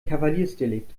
kavaliersdelikt